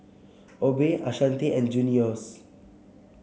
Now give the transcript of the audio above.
Obe Ashanti and Junious